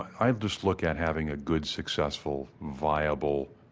i just look at having a good successful, viable,